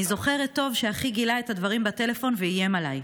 אני זוכרת טוב שאחי גילה את הדברים בטלפון ואיים עליי.